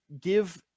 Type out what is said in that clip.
give